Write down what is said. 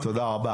תודה רבה.